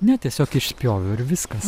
ne tiesiog išspjoviau ir viskas